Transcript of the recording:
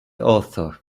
author